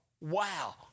Wow